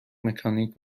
مکانیک